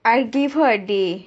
I gave her a day